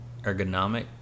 ergonomic